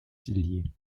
pilier